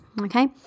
Okay